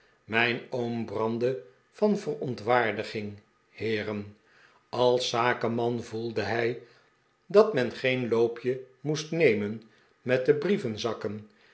mijn oom brandde van verontwaardiging heeren als zakenman voelde hij dat men geen loopje moest nemen met de